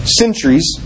centuries